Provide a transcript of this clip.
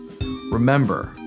Remember